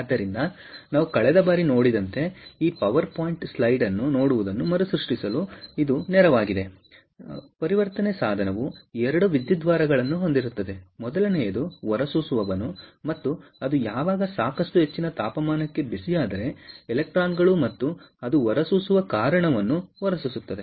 ಆದ್ದರಿಂದ ನಾವು ಕಳೆದ ಬಾರಿ ನೋಡಿದಂತೆ ಮತ್ತು ಈ ಪವರ್ ಪಾಯಿಂಟ್ ಸ್ಲೈಡ್ ಅನ್ನು ನೋಡುವುದನ್ನು ಮರುಸೃಷ್ಟಿಸಲು ಇದು ನೇರವಾಗಿದೆ ಪರಿವರ್ತನೆ ಸಾಧನವು 2 ವಿದ್ಯುದ್ವಾರಗಳನ್ನು ಹೊಂದಿರುತ್ತದೆ ಮೊದಲನೆಯದು ಹೊರಸೂಸುವವನು ಮತ್ತು ಅದು ಯಾವಾಗ ಸಾಕಷ್ಟು ಹೆಚ್ಚಿನ ತಾಪಮಾನಕ್ಕೆ ಬಿಸಿಯಾದರೆ ಎಲೆಕ್ಟ್ರಾನ್ ಗಳು ಮತ್ತು ಅದು ಹೊರಸೂಸುವ ಕಾರಣವನ್ನು ಹೊರಸೂಸುತ್ತದೆ